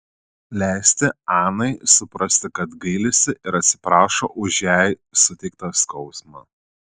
leisti anai suprasti kad gailisi ir atsiprašo už jai suteiktą skausmą